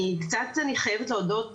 אני קצת חייבת להודות,